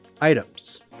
items